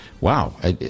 wow